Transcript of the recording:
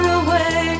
away